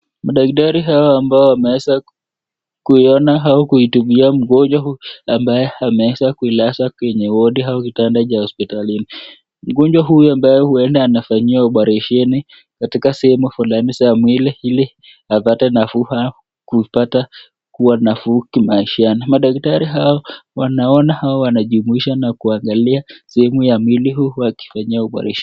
Madaktari hawa ambao wameweza kuiona au kuitumia mgonjwa huyu ambaye wameweza kuilaza kwenye ward au kitanda cha hospitalini. Mgonjwa huyu ambaye huenda anafanyiwa operation katika sehemu fulani za mwili ili apate nafuu au apate kuwa nafuu kimaishani. Madaktari hao wanaona au wanajumuisha na kuangalia sehemu ya mwili huu wakifanyia operation .